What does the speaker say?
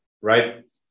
right